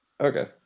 Okay